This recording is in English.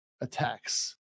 attacks